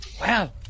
Wow